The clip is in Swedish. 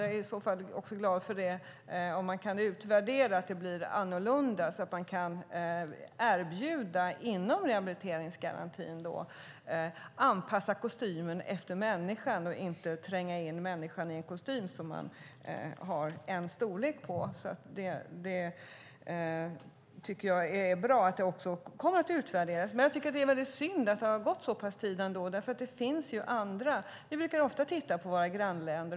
Jag är i så fall också glad om man kan utvärdera att det blir annorlunda, så att man inom rehabiliteringsgarantin kan anpassa kostymen efter människan och inte tränga in människan i en kostym som det bara finns en storlek på. Jag tycker att det är bra att detta kommer att utvärderas. Det är dock synd att det har gått så pass mycket tid. Vi brukar ju ofta titta på våra grannländer.